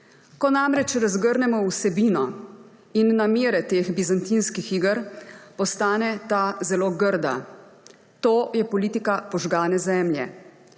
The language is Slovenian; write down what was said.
Ko namreč razgrnemo vsebino in namere tih bizantinskih iger, postane ta zelo grda. To je politika požgane zemlje.